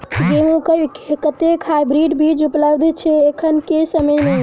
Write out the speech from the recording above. गेंहूँ केँ कतेक हाइब्रिड बीज उपलब्ध छै एखन केँ समय मे?